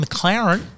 McLaren